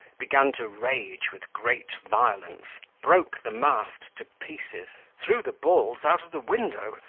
began to rage with great violence, broke the mast to pieces, threw the balls out of the window,